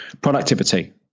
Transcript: Productivity